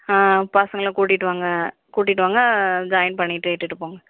ஆ பசங்களை கூட்டிகிட்டு வாங்க கூட்டிகிட்டு வாங்க ஜாயின் பண்ணிவிட்டு இழுட்டுட்டு போங்க